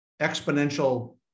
exponential